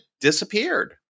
disappeared